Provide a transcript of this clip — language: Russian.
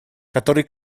который